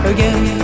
Again